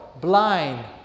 blind